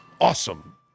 awesome